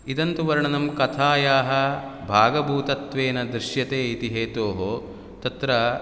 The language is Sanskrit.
इदं तु वर्णनं कथायाः भागभूतत्वेन दृश्यते इति हेतोः तत्र